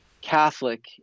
Catholic